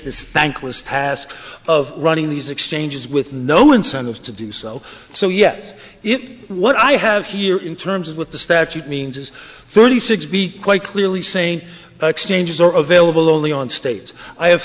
this thankless task of running these exchanges with no incentives to do so so yes if what i have here in terms of what the statute means is thirty six be quite clearly saying the exchanges are available only on states i have